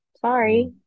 Sorry